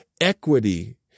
equity